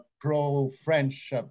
pro-French